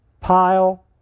pile